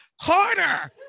harder